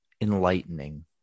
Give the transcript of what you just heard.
Enlightening